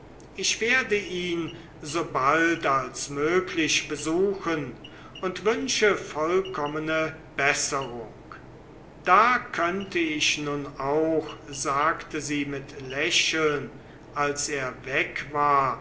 ich werde ihn so bald als möglich besuchen und wünsche vollkommene besserung da könnte ich nun auch sagte sie mit lächeln als er weg war